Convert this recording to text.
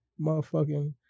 Motherfucking